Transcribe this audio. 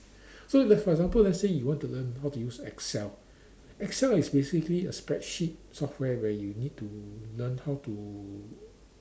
so that's for example let's say you want to learn how to use Excel Excel is basically a spreadsheet software where you need to learn how to